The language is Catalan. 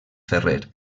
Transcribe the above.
ferrer